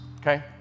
okay